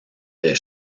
des